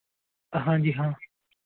ਹਾਂਜੀ ਹਾਂ